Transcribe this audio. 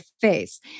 face